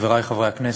חברי חברי הכנסת,